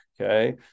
okay